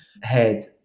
head